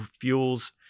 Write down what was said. fuels